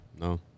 No